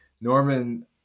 Norman